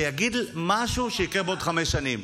שיגיד משהו שיקרה בעוד חמש שנים.